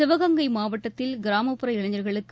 சிவகங்கை மாவட்டத்தில் கிராமப்புற இளைஞர்களுக்கு